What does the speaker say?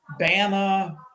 Bama